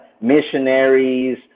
missionaries